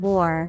War